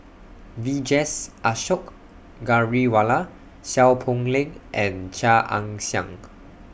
Vijesh Ashok Ghariwala Seow Poh Leng and Chia Ann Siang